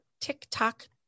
TikTok